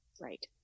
Right